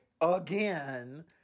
again